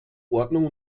ordnung